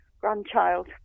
grandchild